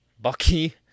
Bucky